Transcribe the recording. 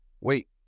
wait